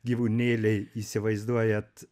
gyvūnėliai įsivaizduojat